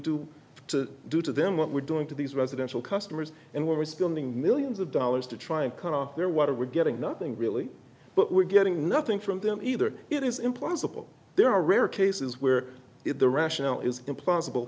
do to do to them what we're doing to these residential customers and we're responding millions of dollars to try and cut off their water we're getting nothing really but we're getting nothing from them either it is impossible there are rare cases where if the rationale is implausible